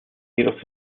jedoch